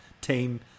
team